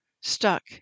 stuck